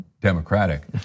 Democratic